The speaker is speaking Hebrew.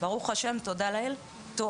ברוך השם, טוב.